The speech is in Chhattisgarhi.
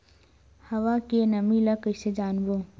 हवा के नमी ल कइसे जानबो?